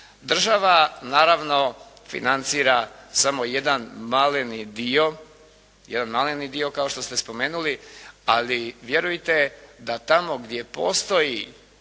Država, naravno financira samo jedan maleni dio, jedan maleni dio kao što ste spomenuli, ali vjerujte da tamo gdje postoji